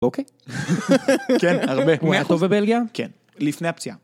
אוקיי. כן, הרבה. מאה אחוז. הוא היה טוב בבלגיה? כן. לפני הפציעה.